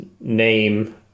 name